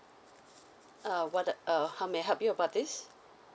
uh what uh how may I help you about this